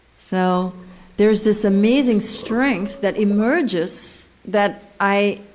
so there's this amazing strength that emerges that i